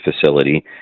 facility